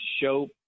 show